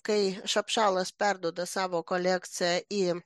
kai šapšalas perduoda savo kolekciją į